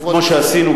כמו שעשינו,